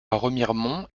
remiremont